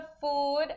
food